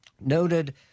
noted